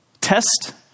Test